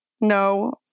no